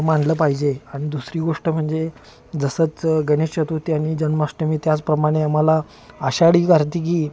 मानलं पाहिजे आणि दुसरी गोष्ट म्हणजे जसंच गणेश चतुर्थी आणि जन्माष्टमी त्याचप्रमाणे आम्हाला आषाढी कार्तिकी